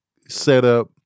setup